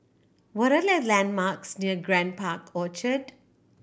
what are the landmarks near Grand Park Orchard